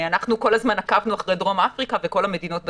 אנחנו כל הזמן עקבנו אחרי דרום אפריקה וכל המדינות בסביבה,